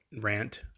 rant